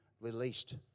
released